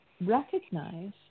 Recognize